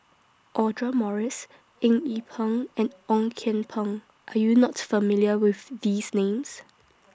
Audra Morrice Eng Yee Peng and Ong Kian Peng Are YOU not familiar with These Names